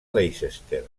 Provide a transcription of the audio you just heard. leicester